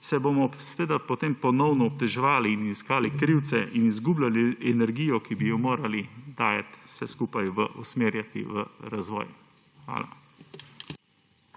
se bomo seveda potem ponovno obtoževali in iskali krivce in izgubljali energijo, ki bi jo morali dajati, vsi skupaj usmerjati v razvoj. Hvala.